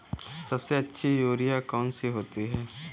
सबसे अच्छी यूरिया कौन सी होती है?